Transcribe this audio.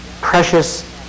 Precious